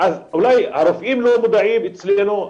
אולי הרופאים לא מודעים אצלנו.